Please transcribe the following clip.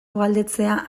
galdetzea